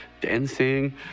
dancing